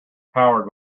powered